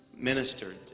Ministered